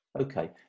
Okay